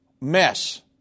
mess